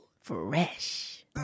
Fresh